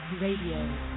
Radio